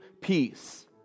peace